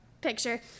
picture